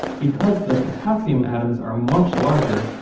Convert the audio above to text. because the potassium atoms are much larger,